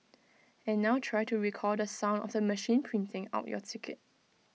and now try to recall the sound of the machine printing out your ticket